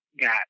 got